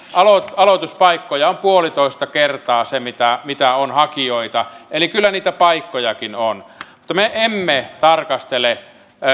aloituspaikkoja on puolitoista kertaa se mitä on hakijoita eli kyllä niitä paikkojakin on mutta me emme tarkastele